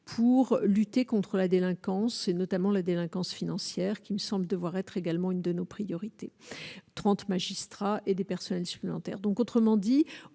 pour lutter contre la délinquance et notamment la délinquance financière, qui me semble devoir être également une de nos priorités 30 magistrats et des personnels supplémentaires,